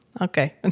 okay